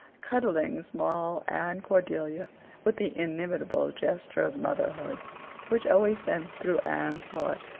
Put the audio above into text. cuddling small anne cordelia with the inimitable gesture of motherhood which always sent through anne's heart,